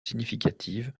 significative